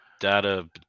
data